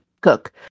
cook